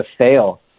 fail